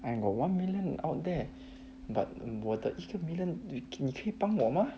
I got one million out there but 我的一个 million 你可以帮我 mah